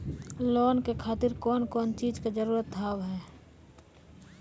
Loan के खातिर कौन कौन चीज के जरूरत हाव है?